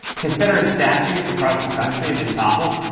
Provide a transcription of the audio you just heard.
confederate statues across the country have been toppled.